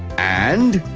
and.